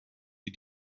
die